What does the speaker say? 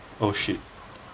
oh shit